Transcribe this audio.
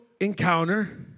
encounter